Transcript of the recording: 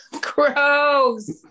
Gross